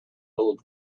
old